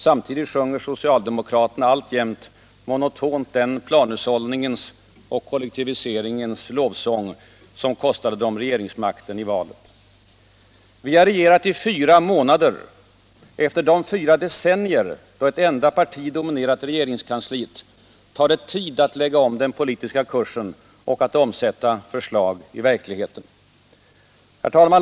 Samtidigt sjunger socialdemokraterna alltjämt monotont den planhushållningens och kollektiviseringens lovsång som kostade dem regeringsmakten i valet. Vi har regerat i fyra månader. Efter de fyra decennier då ett enda parti dominerat regeringskansliet tar det tid att lägga om den politiska kursen och att omsätta förslag i verkligheten. Herr talman!